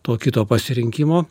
to kito pasirinkimo